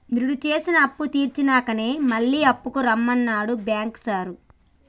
నిరుడు జేసిన అప్పుతీర్సినంకనే మళ్ల అప్పుకు రమ్మన్నడు బాంకు సారు